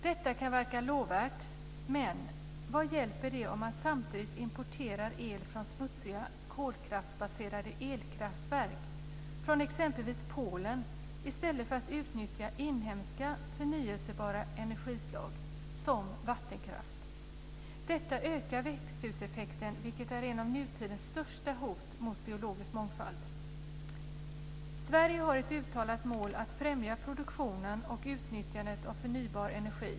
Detta kan verka lovärt, men vad hjälper det om man samtidigt importerar el från smutsiga kolkraftsbaserade elverk i exempelvis Polen i stället för att utnyttja inhemska förnyelsebara energislag som vattenkraft. Detta ökar växthuseffekten, vilket är ett av nutidens största hot mot biologisk mångfald. Sverige har ett uttalat mål att främja produktion och utnyttjande av förnybar energi.